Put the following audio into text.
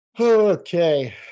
Okay